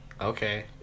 okay